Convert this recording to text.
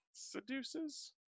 seduces